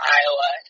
Iowa